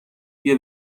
بیا